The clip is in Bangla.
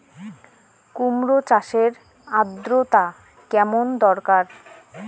কুমড়ো চাষের আর্দ্রতা কেমন দরকার?